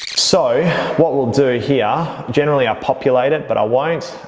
so, what we'll do here, generally i'll populate it but i won't.